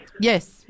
Yes